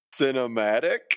cinematic